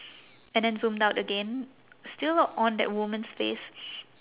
and then zoomed out again still on that woman's face